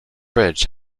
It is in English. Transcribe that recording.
bridge